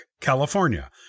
California